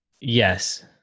yes